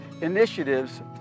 initiatives